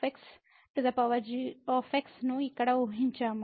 fg ను ఇక్కడ ఊహించాము